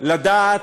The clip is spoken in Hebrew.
לדעת,